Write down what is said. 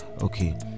okay